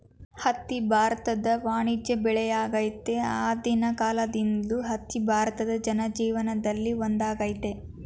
ಹತ್ತಿ ಭಾರತದ ವಾಣಿಜ್ಯ ಬೆಳೆಯಾಗಯ್ತೆ ಅನಾದಿಕಾಲ್ದಿಂದಲೂ ಹತ್ತಿ ಭಾರತ ಜನಜೀವನ್ದಲ್ಲಿ ಒಂದಾಗೈತೆ